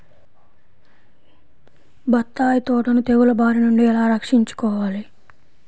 బత్తాయి తోటను తెగులు బారి నుండి ఎలా రక్షించాలి?